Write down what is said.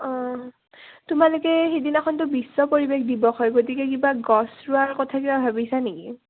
অঁ তোমালোকে সেইদিনাখনতো বিশ্ব পৰিৱেশ দিৱস হয় গতিকে কিবা গছ ৰোৱাৰ কথা কিবা ভাবিছা নেকি